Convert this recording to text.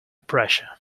pressure